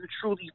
truly